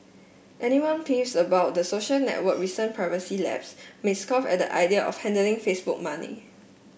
anyone peeves about the social network recent privacy lapses may scoff at the idea of handing Facebook money